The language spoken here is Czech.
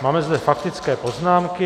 Máme zde faktické poznámky.